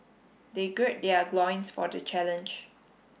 they gird their loins for the challenge